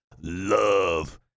love